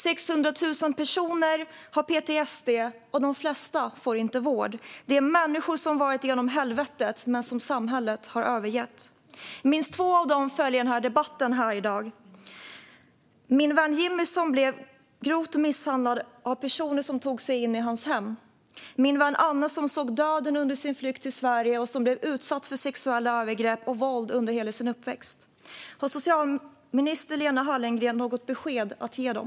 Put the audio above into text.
600 000 personer har PTSD. De flesta får inte vård. Det är människor som har varit igenom helvetet men som samhället har övergett. Minst två av dem följer den här debatten: min vän Jimmy, som blev grovt misshandlad av personer som tog sig in i hans hem, och min vän Anna, som såg döden under sin flykt till Sverige och som blev utsatt för sexuella övergrepp och våld under hela sin uppväxt. Har socialminister Lena Hallengren något besked att ge dem?